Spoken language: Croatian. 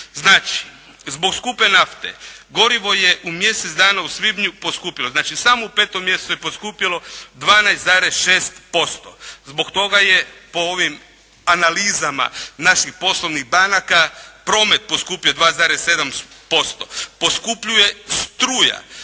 Znači, zbog skupe nafte gorivo je u mjesec dana u svibnju poskupilo, znači samo u 5. mjesecu je poskupjelo 12,6%. Zbog toga je po ovim analizama naših poslovnih banaka promet poskupio 2,7%. Poskupljuje struja